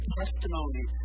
testimony